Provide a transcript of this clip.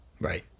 Right